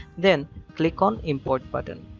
then click on import button.